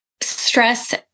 stress